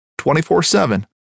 24-7